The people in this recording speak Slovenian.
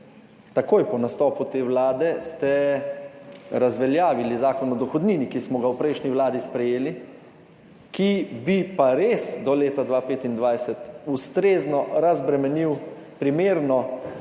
Takoj po nastopu te vlade ste razveljavili Zakon o dohodnini ki smo ga v prejšnji vladi sprejeli, ki bi pa res do leta 2025 ustrezno razbremenil,